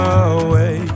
away